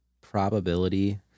probability